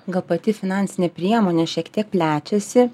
gal pati finansinė priemonė šiek tiek plečiasi